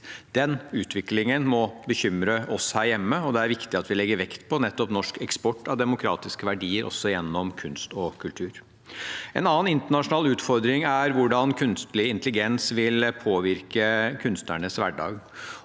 Den utviklingen må bekymre oss her hjemme, og det er viktig at vi legger vekt på nettopp norsk eksport av demokratiske verdier også gjennom kunst og kultur. En annen internasjonal utfordring er hvordan kunstig intelligens vil påvirke kunstnernes hverdag.